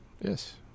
Yes